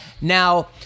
now